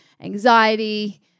anxiety